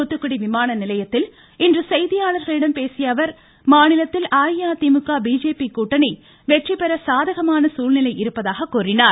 தூத்துக்குடி விமான நிலையத்தில் இன்று செய்தியாளர்களிடம் பேசிய அவர் மாநிலத்தில் அஇஅதிமுக பிஜேபி கூட்டணி வெற்றிபெற சாதகமான சூழ்நிலை இருப்பதாக கூறியுள்ளார்